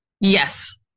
Yes